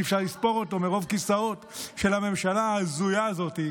שאי-אפשר לספור מרוב כיסאות של הממשלה ההזויה הזאת,